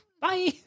bye